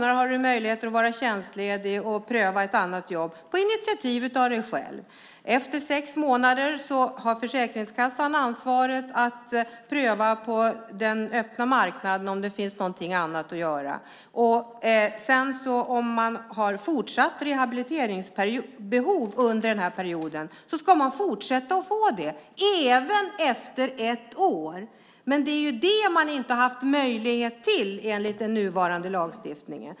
Du har möjlighet att vara tjänstledig mellan tre och sex månader och pröva ett annat jobb på initiativ av dig själv. Efter sex månader har Försäkringskassan ansvaret att pröva om det finns någonting annat att göra på den öppna marknaden. Om man har fortsatt rehabiliteringsbehov under den här perioden ska man fortsätta att få rehabilitering även efter ett år. Det är vad man inte har haft möjlighet till enligt den nuvarande lagstiftningen.